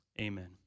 amen